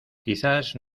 quizás